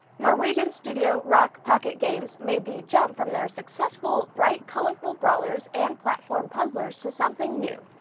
norwegian studio rock pocket games made the jump from their successful bright, colorful brawlers and platform puzzlers to something new.